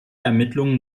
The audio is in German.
ermittlungen